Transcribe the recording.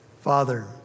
Father